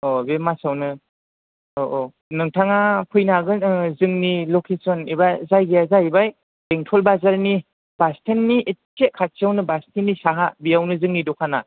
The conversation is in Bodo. बे मासावनोय़ औ औ नोंथाङा फैनो हागोन जोंनि लकेसन एभा जायगाया जाहैबाय बेंटल बाजारनि बासटेनि एदसे खाथिआवनो बास्टेननि साहा बेयावनो जोंनि दखाना